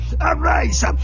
Arise